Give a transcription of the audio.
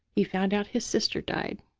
he found out his sister died.